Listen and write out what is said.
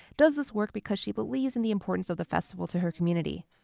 does this work because she believes in the importance of the festival to her community.